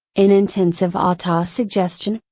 in intensive autosuggestion,